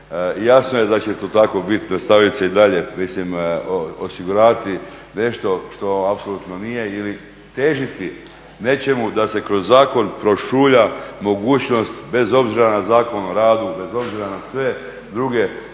jasno je da će to tako bit, nastavit se i dalje. Mislim osiguravati nešto što apsolutno nije ili težiti nečemu da se kroz zakon prošulja mogućnost bez obzira na Zakon o radu, bez obzira na sve druge